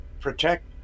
protect